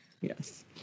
Yes